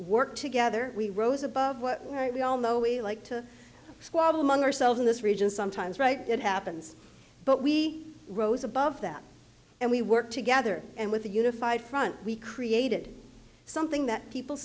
work together we rose above what we all know we like to squabble among ourselves in this region sometimes right it happens but we rose above them and we work together and with a unified front we created something that people